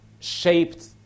shaped